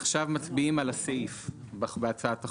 עכשיו אנחנו מצביעים על הסעיף בהצעת החוק,